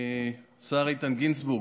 השר איתן גינזבורג,